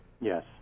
Yes